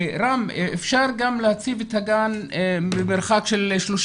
אפשר גם להציב את הגן במרחק של 30